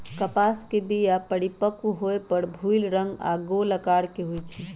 कपास के बीया परिपक्व होय पर भूइल रंग आऽ गोल अकार के होइ छइ